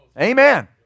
Amen